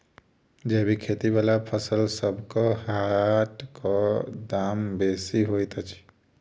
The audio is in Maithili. जैबिक खेती बला फसलसबक हाटक दाम बेसी होइत छी